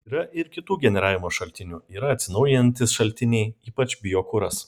yra ir kitų generavimo šaltinių yra atsinaujinantys šaltiniai ypač biokuras